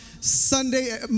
Sunday